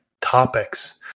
topics